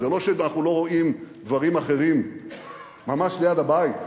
זה לא שאנחנו לא רואים דברים אחרים ממש ליד הבית.